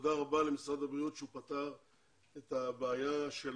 תודה רבה למשרד הבריאות שפתר את הבעיה של